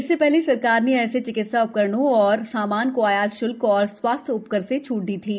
इससे शहले सरकार ने ऐसे चिकितसा उ करणों और सामान को आयात श्लक्क और सब्वासश्चय्न उ कर से छूट दी थी